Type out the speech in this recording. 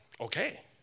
okay